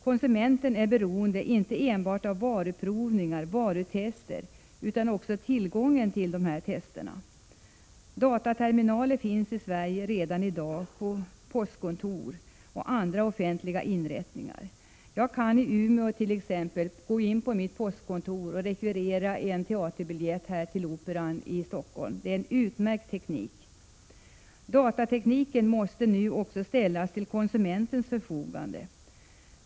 Konsumenten är inte enbart beroende av varuprovningar och varutester utan också av tillgången till dessa tester. Dataterminaler finns i Sverige redan i dag på postkontor och andra offentliga inrättningar. Jag kan t.ex. i Umeå gå in på mitt postkontor och rekvirera en biljett till Operan i Stockholm. Det är en utmärkt teknik. Datatekniken måste nu också ställas till konsumentens förfogande.